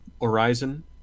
horizon